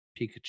Pikachu